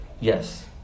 yes